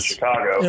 Chicago